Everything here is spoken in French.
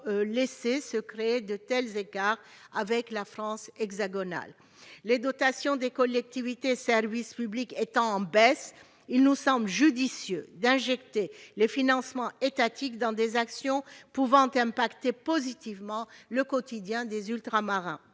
laisser se créer de tels écarts avec la France hexagonale. Les dotations des collectivités et services publics étant en baisse, il nous semble judicieux d'injecter les financements étatiques dans des actions pouvant affecter positivement le quotidien des Ultramarins.